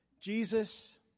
Jesus